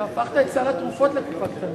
הפכת את סל התרופות לקופה קטנה.